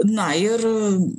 na ir